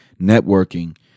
Networking